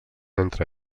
entre